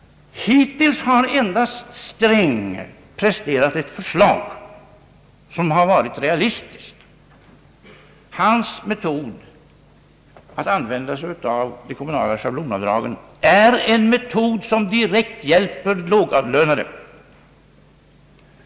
Hittills har endast herr Sträng presterat ett förslag som har varit realistiskt. Hans metod att begagna sig av de kommunala schablonavdragen är en metod som direkt hjälper lågavlönade.